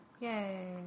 Yay